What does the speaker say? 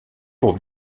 pour